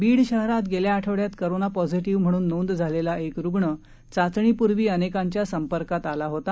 बीड शहरात गेल्या आठवड्यात कोरोना पॉझिटिव्ह म्हणून नोंद झालेला एक रुग्ण चाचणी पूर्वी अनेकांच्या संपर्कात आला होता